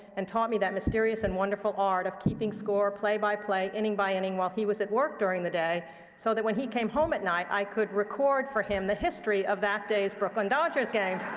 and taught me that mysterious and wonderful art of keeping score play by play, inning by inning while he was at work during the day so that, when he came home at night, i could record for him the history of that day's brooklyn dodgers game.